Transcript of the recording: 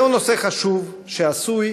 זהו נושא חשוב, שעשוי